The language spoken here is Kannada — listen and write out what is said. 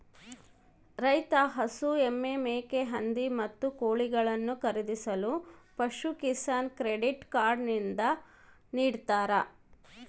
ರೈತ ಹಸು, ಎಮ್ಮೆ, ಮೇಕೆ, ಹಂದಿ, ಮತ್ತು ಕೋಳಿಗಳನ್ನು ಖರೀದಿಸಲು ಪಶುಕಿಸಾನ್ ಕ್ರೆಡಿಟ್ ಕಾರ್ಡ್ ನಿಂದ ನಿಡ್ತಾರ